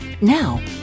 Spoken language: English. Now